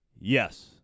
Yes